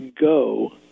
go